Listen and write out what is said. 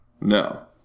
No